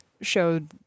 showed